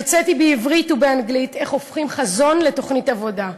הרציתי בעברית ובאנגלית איך הופכים חזון לתוכנית עבודה,